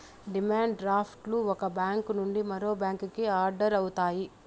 demand draft లు ఒక bank నుండి మరో బ్యాంకుకి ఆర్డర్ అవుతాయి